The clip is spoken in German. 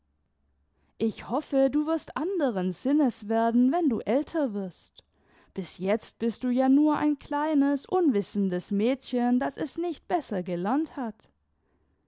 ich hoffe du wirst anderen sinnes werden wenn du älter wirst bis jetzt bist du ja nur ein kleines unwissendes mädchen das es nicht besser gelernt hat